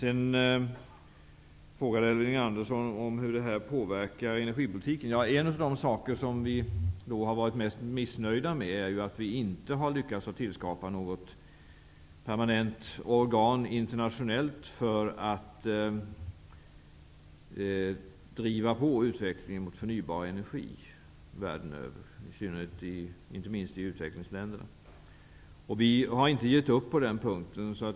Elving Andersson frågade hur det här påverkar energipolitiken. En av de saker som vi har varit mest missnöjda med är ju att vi inte har lyckats tillskapa ett permanent internationellt organ för att världen över driva på utvecklingen mot förnybar energi. Inte minst gäller det utvecklingsländerna. Vi har inte gett upp på den punkten.